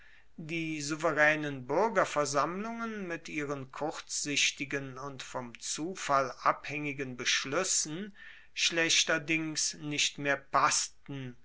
die souveraenen buergerversammlungen mit ihren kurzsichtigen und vom zufall abhaengigen beschluessen schlechterdings nicht mehr passten